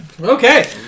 Okay